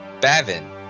Bavin